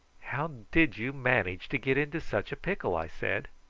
how did you manage to get into such a pickle? i said.